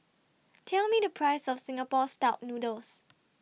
Tell Me The Price of Singapore Style Noodles